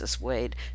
Wade